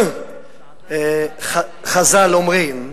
חז"ל אומרים: